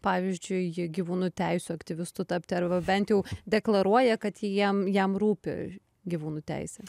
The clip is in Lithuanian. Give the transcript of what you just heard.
pavyzdžiui gyvūnų teisių aktyvistu tapti arba bent jau deklaruoja kad jiem jam rūpi gyvūnų teisės